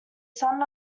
son